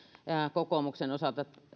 kokoomuksen osalta